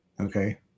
Okay